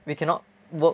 we cannot work